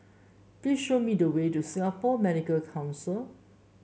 please show me the way to Singapore Medical Council